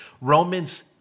Roman's